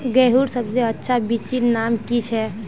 गेहूँर सबसे अच्छा बिच्चीर नाम की छे?